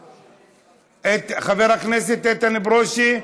חבר הכנסת איתן ברושי,